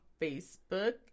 Facebook